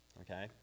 Okay